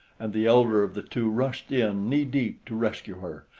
and the elder of the two rushed in knee-deep to rescue her,